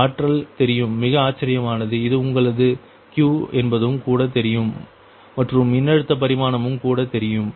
ஆற்றல் தெரியும் மிக ஆச்சரியமானது இது உங்களது Q என்பதும் கூட தெரியும் மற்றும் மின்னழுத்த பரிமாணமும் கூட தெரியும்